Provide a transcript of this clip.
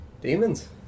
Demons